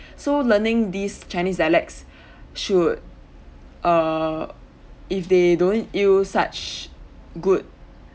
so learning these chinese dialects should err if they don't use such good